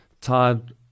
tired